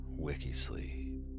Wikisleep